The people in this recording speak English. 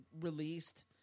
released